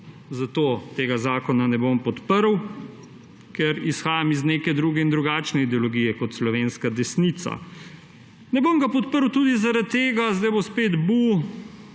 Zato tega zakona ne bom podprl, ker izhajam iz nek druge in drugačne ideologije kot slovenska desnica. Ne bom ga podprl tudi zaradi tega – sedaj bo spet buuu